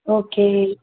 okay